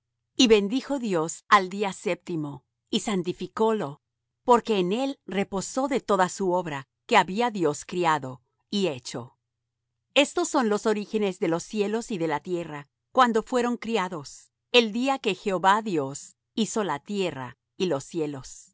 y bendijo dios al día séptimo y santificólo porque en él reposó de toda su obra que había dios criado y hecho estos son los orígenes de los cielos y de la tierra cuando fueron criados el día que jehová dios hizo la tierra y los cielos